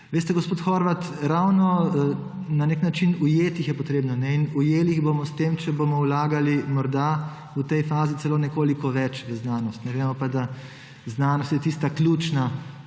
Veste, gospod Horvat, ravno na nek način ujeti jih je potrebno in ujeli jih bomo s tem, če bomo vlagali, morda, v tej fazi celo nekoliko več v znanost. Vemo pa, da znanost je tista ključna